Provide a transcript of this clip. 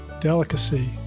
delicacy